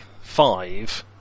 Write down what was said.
five